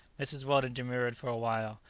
mrs. weldon demurred for a while,